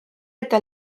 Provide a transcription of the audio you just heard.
eta